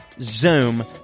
Zoom